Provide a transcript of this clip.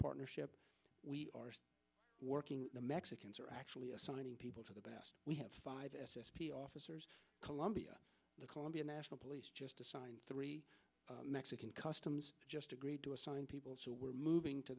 partnership we are working the mexicans are actually assigning people to the best we have five s s p officers colombia the colombian national police just assigned three mexican customs just agreed to assign people so we're moving to